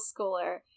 schooler